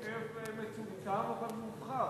בהרכב מצומצם אבל מובחר,